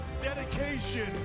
Dedication